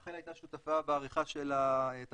רחל הייתה שותפה בעריכה של התחזיות.